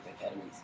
Academies